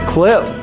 Clip